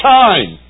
time